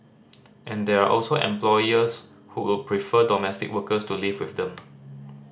and there are also employers who would prefer domestic workers to live with them